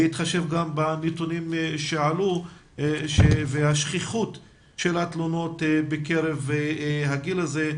בהתחשב בנתונים שעלו והשכיחות של התלונות בקרב הגיל הזה,